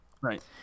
Right